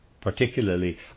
particularly